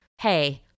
hey